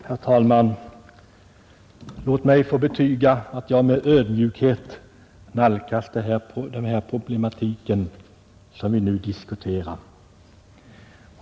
Herr talman! Låt mig få betyga att jag med ödmjukhet nalkas den problematik som vi nu diskuterar.